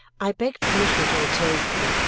i begged permission to retain him,